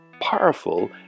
powerful